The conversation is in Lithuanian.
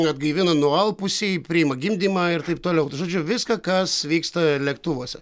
atgaivina nualpusįjį priima gimdymą ir taip toliau žodžiu viską kas vyksta lėktuvuose